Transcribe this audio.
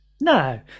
no